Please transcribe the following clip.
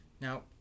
now